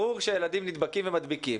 ברור שהילדים נדבקים ומדביקים.